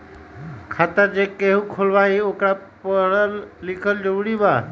खाता जे केहु खुलवाई ओकरा परल लिखल जरूरी वा?